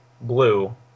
Blue